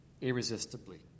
irresistibly